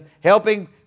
helping